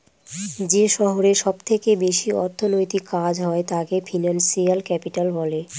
যে শহরে সব থেকে বেশি অর্থনৈতিক কাজ হয় তাকে ফিনান্সিয়াল ক্যাপিটাল বলে